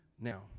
now